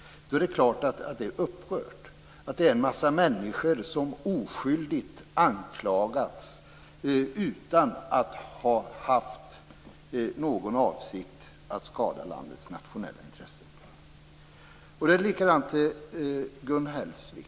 Det är klart att det har upprört att en massa människor oskyldigt anklagats utan att de haft någon avsikt att skada landets nationella intressen. Det samma gäller Gun Hellsvik.